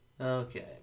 okay